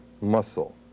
muscle